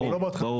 ברור.